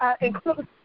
include